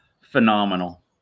Phenomenal